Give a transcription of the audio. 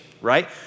right